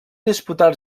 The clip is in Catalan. disputar